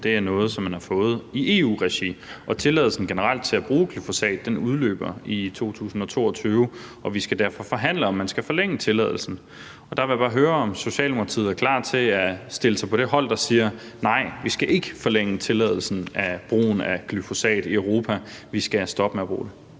dem er noget, som man har fået i EU-regi. Tilladelsen generelt til at bruge glyfosat udløber i 2022, og vi skal derfor forhandle, om man skal forlænge tilladelsen. Der vil jeg bare høre, om Socialdemokratiet er klar til at stille sig på det hold, der siger: Nej, vi skal ikke forlænge tilladelsen til brugen af glyfosat i Europa; vi skal stoppe med at bruge det.